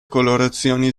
colorazioni